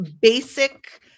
basic